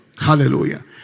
Hallelujah